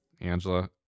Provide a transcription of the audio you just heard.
Angela